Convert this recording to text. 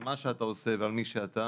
על מה שאתה עושה ועל מי שאתה,